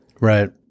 right